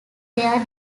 their